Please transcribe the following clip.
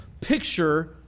picture